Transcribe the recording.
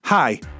Hi